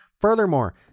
Furthermore